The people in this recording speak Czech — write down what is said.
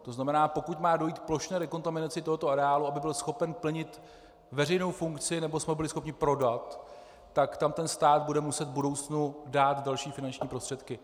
To znamená, pokud má dojít k plošné dekontaminaci tohoto areálu, aby byl schopen plnit veřejnou funkci nebo abychom byli schopni ho prodat, tak tam stát bude muset v budoucnu dát další finanční prostředky.